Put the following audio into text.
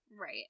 Right